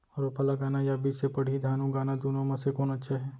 रोपा लगाना या बीज से पड़ही धान उगाना दुनो म से कोन अच्छा हे?